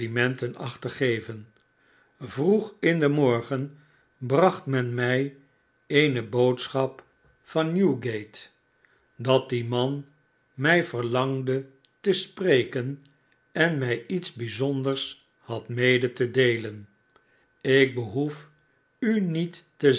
acht te geven vroeg in den morgen bracht men mij eene boodschap van newgate hij brengt een onaangename boodschap at die man mij verlangde te spreken en mij iets bijzonders had mede te deelen ik behoef u niet te